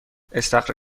استخر